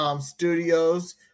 Studios